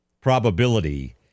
probability